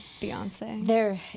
Beyonce